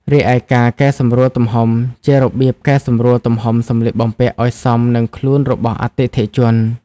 រីឯការកែសម្រួលទំហំជា របៀបកែសម្រួលទំហំសម្លៀកបំពាក់ឱ្យសមនឹងខ្លួនរបស់អតិថិជន។